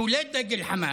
שהוא לא דגל חמאס,